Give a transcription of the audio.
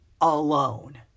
alone